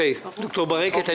ד"ר ברקת,